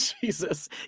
Jesus